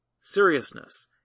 seriousness